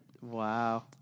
Wow